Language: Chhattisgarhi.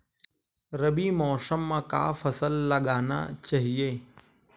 रबी मौसम म का फसल लगाना चहिए?